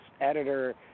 editor